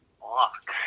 Fuck